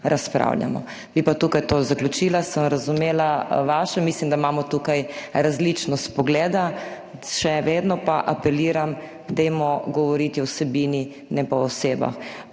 razpravljamo. Bi pa tukaj to zaključila. Sem razumela vaše, mislim, da imamo tukaj različne poglede. Še vedno pa apeliram, dajmo govoriti ovsebini, ne pa o osebah.